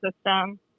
system